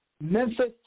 Memphis